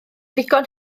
ddigon